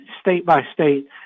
state-by-state